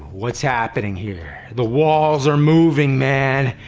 what's happening here? the walls are moving, man.